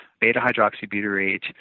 beta-hydroxybutyrate